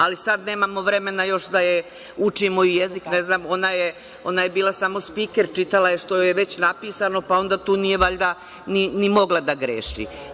Ali, sad nemamo vremena još da je učimo i jezik, ona je bila samo spiker, čitala je što joj je već napisano, pa onda tu nije ni mogla da greši.